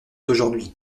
aujourd’hui